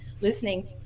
listening